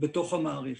בתוך המערכת.